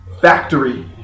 factory